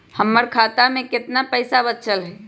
हमर खाता में केतना पैसा बचल हई?